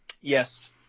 Yes